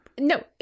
No